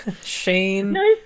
Shane